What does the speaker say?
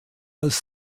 als